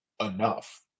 enough